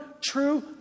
true